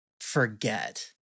forget